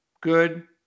good